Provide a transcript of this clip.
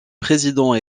président